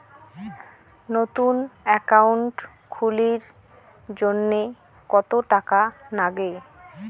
নতুন একাউন্ট খুলির জন্যে কত টাকা নাগে?